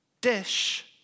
Dish